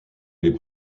les